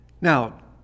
Now